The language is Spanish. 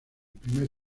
primer